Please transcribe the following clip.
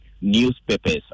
newspapers